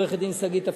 עורכת-הדין שגית אפיק,